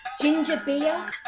ginger beer.